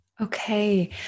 Okay